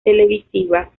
televisiva